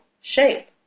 shape